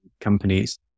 companies